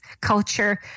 culture